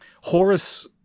Horace